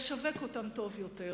לשווק אותם טוב יותר.